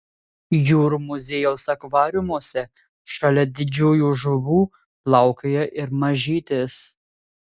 jūrų muziejaus akvariumuose šalia didžiųjų žuvų plaukioja ir mažytės